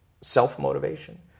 self-motivation